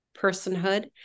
personhood